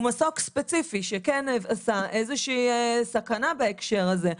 מסוק ספציפי שכן יש איזה שהיא סכנה בהקשר הזה.